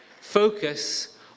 focus